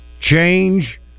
change